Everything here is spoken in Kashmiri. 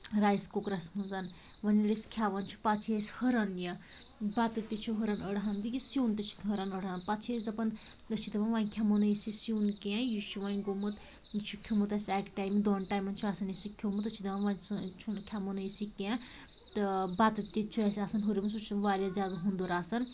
رایس کُکرَس مَنٛز وۄنۍ ییٚلہِ أسۍ کھیٚوان چھِ پتہٕ چھُ اسہِ ہُران یہِ بتہٕ تہِ چھُ ہُران أڑہان تہٕ یہِ سیٛن تہِ چھُ ہُران أڑہان پتہٕ چھِ أسۍ دپان أسۍ چھِ دپان وۄنۍ کھیٚمو نہٕ أسۍ یہ سیٛن کیٚنٛہہ یہِ چھُ وۄنۍ گوٚمُت یہِ چھُ کھیٛومُت اسہِ اکہِ ٹایمہٕ دۄن ٹایمَن چھُ آسان اسہِ یہِ کھیٛومُت أسۍ چھِ دپان وۄنۍ ژھٕن چھُنہٕ کھیٚمو نہٕ أسۍ یہِ کیٚنٛہہ تہٕ بتہٕ تہِ چھُ اسہِ آسان ہُریٛومُت سُہ چھُ واریاہ زیادٕ ہُنٛدر آسان